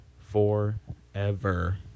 forever